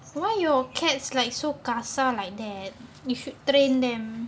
why your cats like so kasar like that if you train them